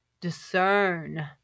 Discern